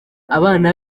abana